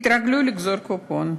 התרגלו לגזור קופון.